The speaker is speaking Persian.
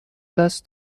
دست